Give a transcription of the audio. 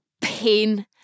pain